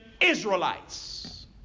Israelites